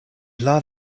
blood